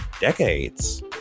decades